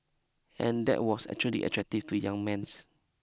and that was actually attractive to young men